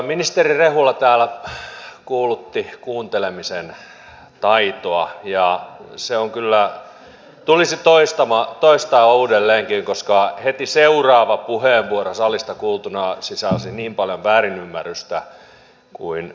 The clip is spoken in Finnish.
ministeri rehula täällä kuulutti kuuntelemisen taitoa ja se tulisi toistaa uudelleenkin koska heti seuraava puheenvuoro salista kuultuna sisälsi niin paljon väärinymmärrystä kuin siihen vaan mahtui